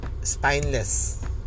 spineless